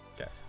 Okay